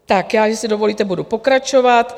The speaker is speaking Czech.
Tak já, jestli dovolíte, budu pokračovat.